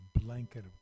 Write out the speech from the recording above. blanket